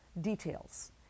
details